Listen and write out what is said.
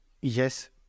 yes